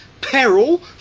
peril